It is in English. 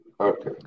Okay